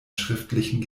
schriftlichen